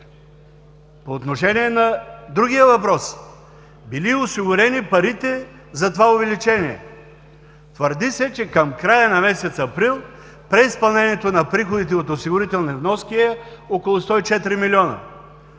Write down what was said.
По отношение на другия въпрос – били осигурени парите за това увеличение. Твърди се, че към края на месец април преизпълнението на приходите от осигурителни вноски е около 104 милиона.